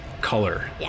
color